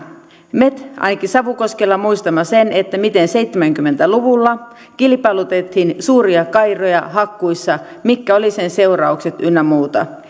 me ainakin savukoskella muistamme sen miten seitsemänkymmentä luvulla kilpailutettiin suuria kairoja hakkuissa ja mitkä olivat sen seuraukset ynnä muuta